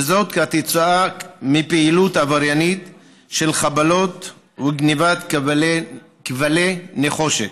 וזאת כתוצאה מפעילות עבריינית של חבלות וגנבת כבלי נחושת.